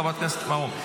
חברת הכנסת מרום?